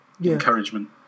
encouragement